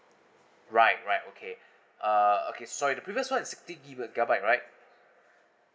right right okay uh okay so the previous one is sixty gigabyte right